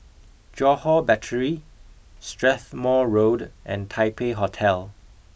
Johore Battery Strathmore Road and Taipei Hotel